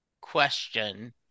question